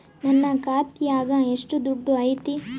ನನ್ನ ಖಾತ್ಯಾಗ ಎಷ್ಟು ದುಡ್ಡು ಐತಿ?